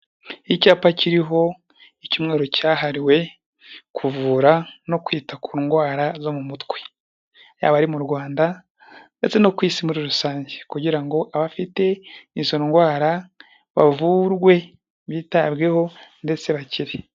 Icyapa kiriho icyumweru cyahariwe kuvura no kwita ku ndwara zo mu mutwe yaba ari mu Rwanda ndetse no ku isi muri rusange kugira ngo abafite izo ndwara bavurwe bitabweho ndetse bakire.